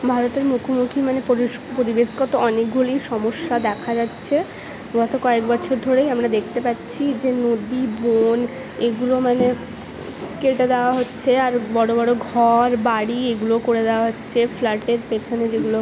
ভারতের মুখোমুখি মানে পরিবেশগত অনেকগুলি সমস্যা দেখা যাচ্ছে গত কয়েক বছর ধরেই আমরা দেখতে পাচ্ছি যে নদী বন এগুলো মানে কেটে দেওয়া হচ্ছে আর বড়ো বড়ো ঘর বাড়ি এগুলো করে দেওয়া হচ্ছে ফ্ল্যাটের পেছনে যেগুলো